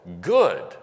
good